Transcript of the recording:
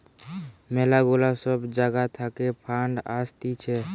ম্যালা গুলা সব জাগা থাকে ফান্ড আসতিছে